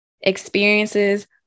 experiences